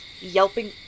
yelping